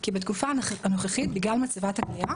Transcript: כי בתקופה הנוכחית בגלל מצבת הכליאה